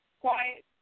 quiet